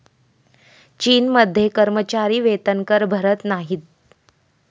चीनमध्ये कर्मचारी वेतनकर भरत नाहीत